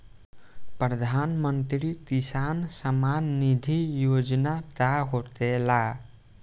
प्रधानमंत्री किसान सम्मान निधि योजना का होखेला?